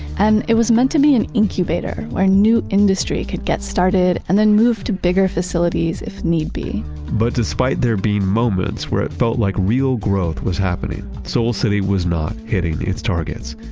and it was meant to be an incubator where new industry could get started and then move to bigger facilities if need be but despite there being moments where it felt like real growth was happening, soul city was not hitting its targets.